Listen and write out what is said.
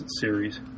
series